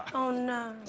oh no.